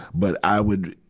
but i would,